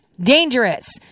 dangerous